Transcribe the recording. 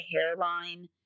hairline